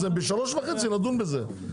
ב- 15:30 נדון בזה,